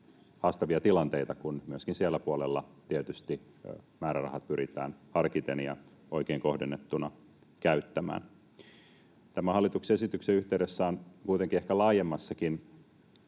haastavia tilanteita, kun myöskin sillä puolella tietysti määrärahat pyritään harkiten ja oikein kohdennettuna käyttämään. Tämän hallituksen esityksen yhteydessä on kuitenkin ehkä laajemmassakin